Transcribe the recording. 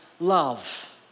Love